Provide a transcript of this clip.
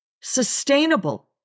sustainable